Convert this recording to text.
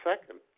second